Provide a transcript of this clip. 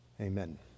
amen